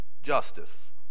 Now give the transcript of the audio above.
justice